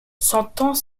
sentant